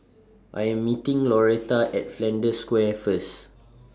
I Am meeting Loretta At Flanders Square First